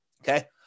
Okay